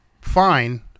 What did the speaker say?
Fine